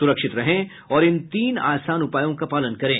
सुरक्षित रहें और इन तीन आसान उपायों का पालन करें